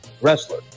wrestler